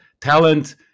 talent